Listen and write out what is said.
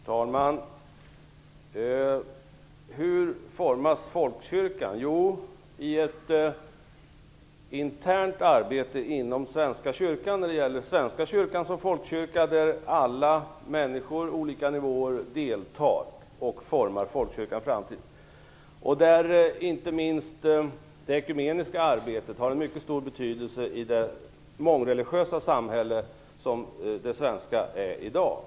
Fru talman! Hur formas folkkyrkan? Det görs i ett internt arbete inom Svenska kyrkan. När det gäller Svenska kyrkan som folkkyrka deltar alla människor på olika nivåer och formar folkkyrkans framtid. Inte minst det ekumeniska har en mycket stor betydelse i det mångreligiösa samhälle som det svenska samhället i dag är.